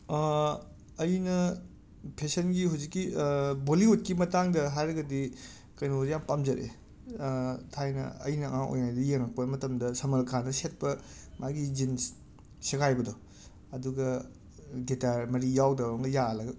ꯑꯩꯅ ꯐꯦꯁꯟꯒꯤ ꯍꯧꯖꯤꯛꯀꯤ ꯕꯣꯜꯂꯤꯋꯨꯗꯀꯤ ꯃꯇꯥꯡꯗ ꯍꯥꯏꯔꯒꯗꯤ ꯀꯩꯅꯣꯁꯦ ꯌꯥꯝꯅ ꯄꯥꯝꯖꯔꯛꯑꯦ ꯊꯥꯏꯅ ꯑꯩꯅ ꯑꯉꯥꯡ ꯑꯣꯏꯔꯤꯉꯩꯗ ꯌꯦꯡꯉꯛꯄ ꯃꯇꯝꯗ ꯁꯜꯃꯥꯟ ꯀꯥꯟꯅ ꯁꯦꯠꯄ ꯃꯥꯒꯤ ꯖꯤꯟꯁ ꯁꯦꯒꯥꯏꯕꯗꯣ ꯑꯗꯨꯒ ꯒꯤꯇꯔ ꯃꯔꯤ ꯌꯥꯎꯗꯕ ꯑꯃ ꯌꯥꯜꯂꯒ